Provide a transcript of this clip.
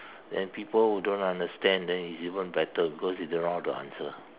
then people who don't understand then is even better because you don't know how to answer